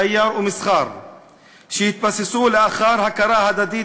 תיירות ומסחר שהתבססו לאחר הכרה הדדית